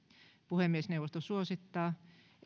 puhemiesneuvosto suosittaa